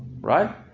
Right